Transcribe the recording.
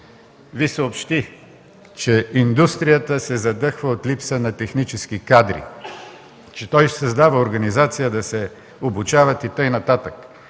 Ви съобщи, че индустрията се задъхва от липса на икономически кадри. Че той създава организацията да се обучават и така нататък.